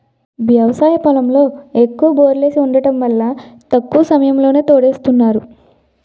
వ్యవసాయ పొలంలో ఎక్కువ బోర్లేసి వుండటం వల్ల తక్కువ సమయంలోనే తోడేస్తున్నారు